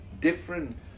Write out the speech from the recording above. different